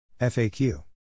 FAQ